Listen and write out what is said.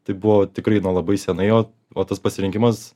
tai buvo tikrai nuo labai senai o o tas pasirinkimas